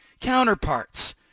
counterparts